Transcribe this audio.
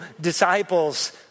disciples